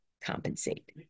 compensate